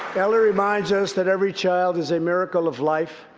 ellie reminds us that every child is a miracle of life.